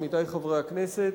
עמיתי חברי הכנסת,